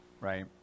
right